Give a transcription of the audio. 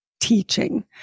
teaching